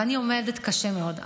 ואני עובדת קשה מאוד,